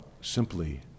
simply